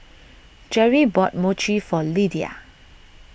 Jerry bought Mochi for Lidia